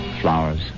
flowers